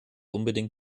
unbedingt